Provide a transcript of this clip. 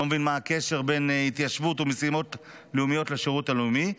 אני לא מבין מה הקשר בין התיישבות ומשימות לאומיות לשירות הלאומי,